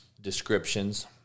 descriptions